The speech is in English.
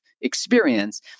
experience